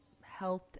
health